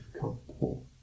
comfortable